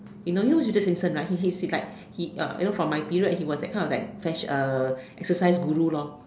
you know you know who is Richard-Simpson right he he he is like he uh you know from my period he was that kind that of that fash~ uh exercise guru lor